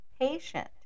patient